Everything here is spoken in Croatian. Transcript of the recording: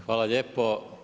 Hvala lijepo.